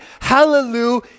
Hallelujah